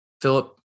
Philip